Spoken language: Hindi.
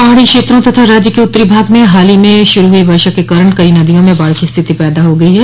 पहाड़ी क्षेत्रों तथा राज्य के उत्तरी भाग में हाल ही में श्रू हुई वर्षा के कारण कई नदियों में बाढ़ की स्थिति पैदा हो गई है